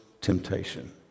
temptation